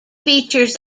features